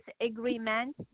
agreement